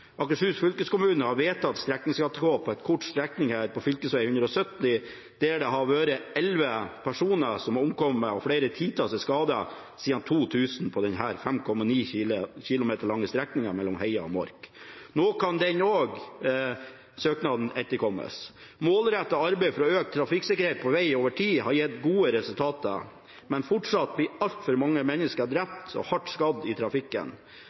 Akershus. Akershus fylkeskommune har vedtatt streknings-ATK på en kort strekning på fv. 170. Elleve personer har omkommet og flere titalls er skadd siden 2000 på denne 5,9 km lange strekningen mellom Heia og Mork. Nå kan òg denne søknaden etterkommes. Målrettet arbeid for økt trafikksikkerhet på veg over tid har gitt gode resultater, men fortsatt blir altfor mange mennesker drept og hardt skadd i trafikken.